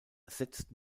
setzt